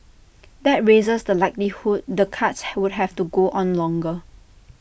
that raises the likelihood the cuts would have to go on longer